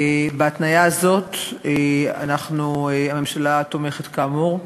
בהתניה הזאת הממשלה תומכת, כאמור,